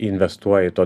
investuoji to